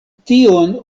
tion